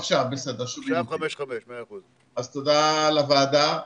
תודה לוועדה.